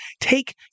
take